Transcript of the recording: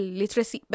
literacy